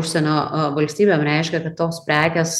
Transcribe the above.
užsienio valstybėm reiškia toks prekės